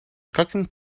cooking